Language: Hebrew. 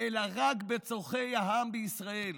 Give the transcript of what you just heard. אלא רק בצורכי העם בישראל.